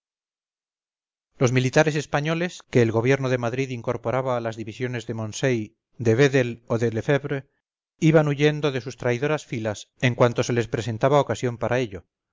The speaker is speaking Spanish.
los militares españoles que el gobierno de madrid incorporaba a las divisiones de moncey de vedel o de lefebvre iban huyendo de sus traidoras filas en cuanto se les presentaba ocasión para ello